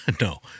No